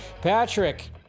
Patrick